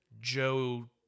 Joe